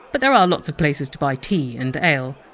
but there are lots of places to buy tea and ale.